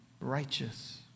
righteous